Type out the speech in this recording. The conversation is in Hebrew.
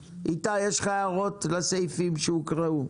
איתי, יש לך הערות לסעיפים שהוקראו?